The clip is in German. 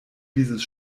dieses